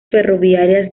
ferroviarias